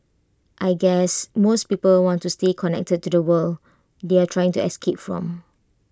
I guess most people want to stay connected to the world they are trying to escape from